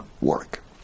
work